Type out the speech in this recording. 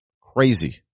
crazy